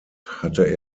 hatte